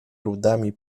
ludami